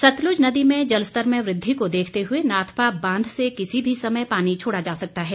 सतलुज नदी में जलस्तर में वृद्धि को देखते हुए नाथपा बांध से किसी भी समय पानी छोड़ा जा सकता है